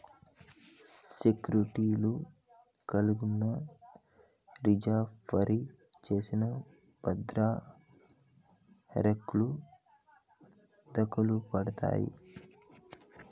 సెక్యూర్టీలు కలిగున్నా, రిజీ ఫరీ చేసి బద్రిర హర్కెలు దకలుపడతాయి